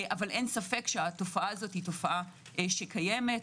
התופעה הזאת קיימת,